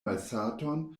malsaton